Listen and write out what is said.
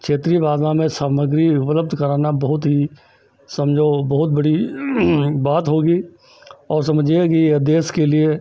क्षेत्रीय भाषा में सामग्री उपलब्ध कराना बहुत ही समझो बहुत बड़ी बात होगी और समझिए कि यह देश के लिए